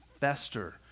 fester